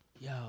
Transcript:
yo